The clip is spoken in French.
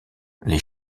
les